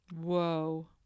whoa